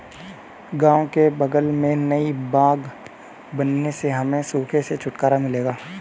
गांव के बगल में नई बांध बनने से हमें सूखे से छुटकारा मिलेगा